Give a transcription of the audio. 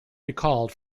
recalled